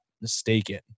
mistaken